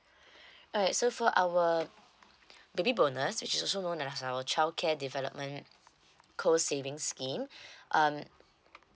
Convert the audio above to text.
alright so for our baby bonus which is also known as our childcare development called savings scheme um